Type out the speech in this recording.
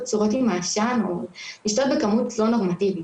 צורות עם העשן או לשתות בכמות לא נורמטיבית